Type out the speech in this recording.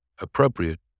appropriate